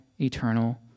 eternal